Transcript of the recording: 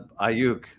Ayuk